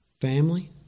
Family